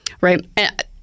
Right